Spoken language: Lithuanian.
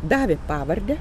davė pavardę